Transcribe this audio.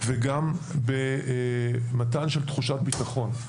וגם במתן תחושת ביטחון.